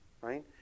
right